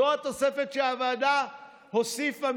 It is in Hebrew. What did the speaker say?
זו התוספת שהוועדה הוסיפה,